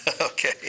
Okay